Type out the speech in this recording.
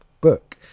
book